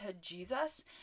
Jesus